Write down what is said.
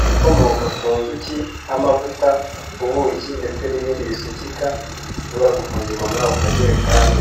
ibikomoka ku nzuki nk'amavuta, ubuki ndetse n'ibindi bisukika bishobora gufungirwa muri ako kajerekani.